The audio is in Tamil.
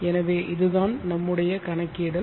எனவே இதுதான் நம்முடைய கணக்கிடல்